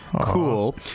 cool